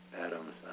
Adams